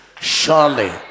Surely